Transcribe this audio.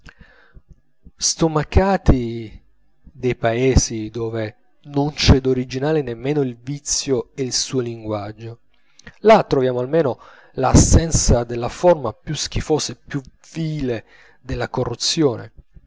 e alla vita stomacati dei paesi dove non c'è d'originale nemmeno il vizio e il suo linguaggio là troviamo almeno la assenza della forma più schifosa e più vile della corruzione